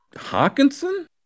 Hawkinson